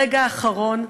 ברגע האחרון,